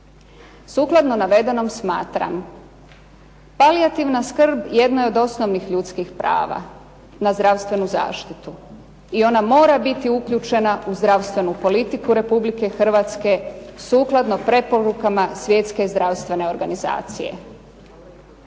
Sukladno navedenom smatram palijativna skrb jedno je od osnovnih ljudskih prava na zdravstvenu zaštitu i ona mora biti uključena u zdravstvenu politiku Republike Hrvatske sukladno preporukama Svjetske zdravstvene organizacije.